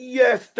yes